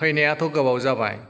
फैनायाथ' गोबाव जाबाय